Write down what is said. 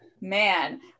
man